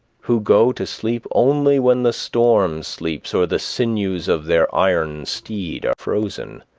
who go to sleep only when the storm sleeps or the sinews of their iron steed are frozen.